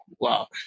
wow